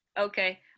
Okay